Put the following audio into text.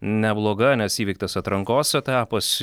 nebloga nes įveiktas atrankos etapas